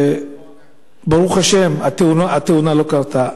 שברוך השם, התאונה לא קרתה.